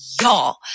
Y'all